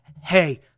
hey